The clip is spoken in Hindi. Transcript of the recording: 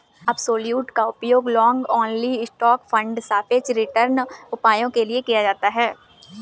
अब्सोल्युट का उपयोग लॉन्ग ओनली स्टॉक फंड सापेक्ष रिटर्न उपायों के लिए किया जाता है